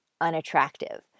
unattractive